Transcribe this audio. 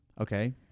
Okay